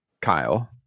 Kyle